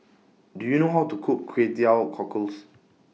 Do YOU know How to Cook Kway Teow Cockles